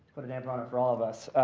put a damper on it for all of us.